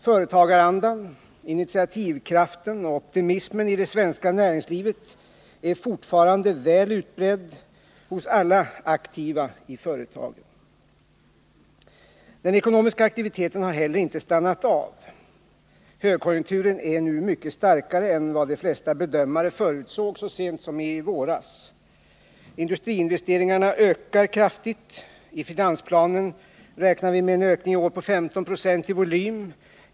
Företagarandan, initiativkraften och optimismen i det svenska näringslivet är fortfarande väl utbredda hos alla aktiva i företagen. Den ekonomiska aktiviteten har inte heller stannat av. Högkonjunkturen är nu mycket starkare än vad de flesta bedömare förutsåg så sent som i våras. Industriinvesteringarna ökar kraftigt. I finansplanen räknar vi med en ökning i år på 15 26 i volym.